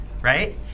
Right